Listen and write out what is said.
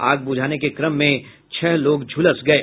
आग बुझाने के क्रम में छह लोग झुलस गये